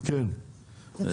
יש